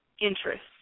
interest